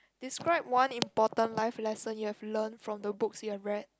describe one important life lesson you have learnt from the books you have read